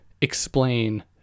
explain